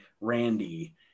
Randy